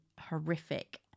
horrific